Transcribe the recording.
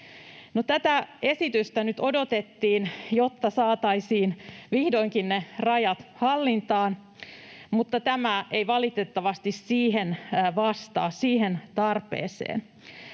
tätä esitystä nyt odotettiin, jotta saataisiin vihdoinkin ne rajat hallintaan, mutta tämä ei valitettavasti vastaa siihen tarpeeseen.